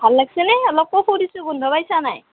ভাল লাগিছেনে অলপ কফু দিছোঁ গোন্ধ পাইছা নাই